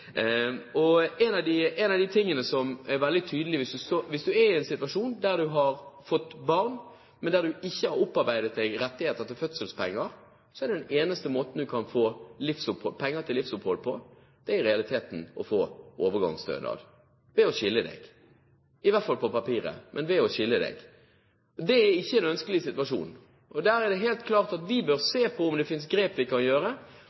må se på de negative sidene ved overgangsstønaden. En av de tingene som er veldig tydelig, er: Hvis du er i en situasjon der du har fått barn, men ikke har opparbeidet deg rettigheter til fødselspenger, er den eneste måten du kan få penger til livsopphold på, i realiteten å få overgangsstønad ved å skille deg – i hvert fall på papiret, men ved å skille deg. Det er ikke en ønskelig situasjon. Der er det helt klart at vi bør se på om det finnes grep vi kan gjøre